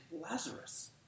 Lazarus